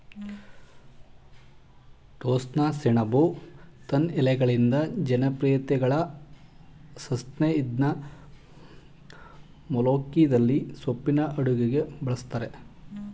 ಟೋಸ್ಸಸೆಣಬು ತನ್ ಎಲೆಯಿಂದ ಜನಪ್ರಿಯತೆಗಳಸಯ್ತೇ ಇದ್ನ ಮೊಲೋಖಿಯದಲ್ಲಿ ಸೊಪ್ಪಿನ ಅಡುಗೆಗೆ ಬಳುಸ್ತರೆ